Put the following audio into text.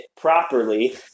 properly